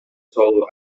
solo